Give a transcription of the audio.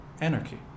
anarchy